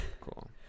cool